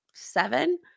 seven